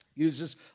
uses